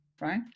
right